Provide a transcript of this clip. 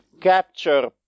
capture